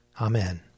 Amen